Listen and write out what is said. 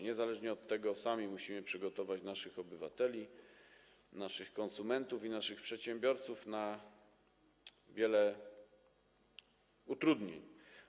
Niezależnie od tego sami musimy przygotować naszych obywateli, naszych konsumentów i naszych przedsiębiorców na wiele utrudnień.